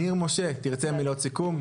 ניר משה, תרצה לומר מילות סיכום?